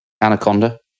Anaconda